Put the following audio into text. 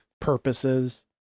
purposes